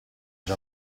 già